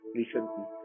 recently